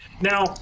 Now